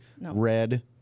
red